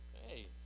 Hey